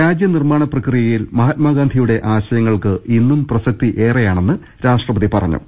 രാജ്യ നിർമാണ പ്രക്രിയയിൽ മഹാത്മാഗാന്ധിയുടെ ആശയങ്ങൾക്ക് ഇന്നും പ്രസക്തി ഏറെയാണെന്ന് രാഷ്ട്രപതി പറഞ്ഞു